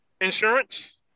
insurance